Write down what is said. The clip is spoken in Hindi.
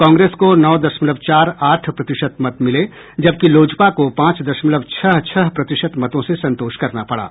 कांग्रेस को नौ दशमलव चार आठ प्रतिशत मत मिले जबकि लोजपा को पांच दशमलव छह छह प्रतिशत मतों से संतोष करना पड़ा